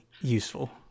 useful